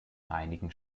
einigen